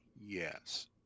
Yes